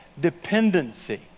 dependency